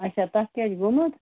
اچھا تَتھ کیٛاہ چھُ گوٚمت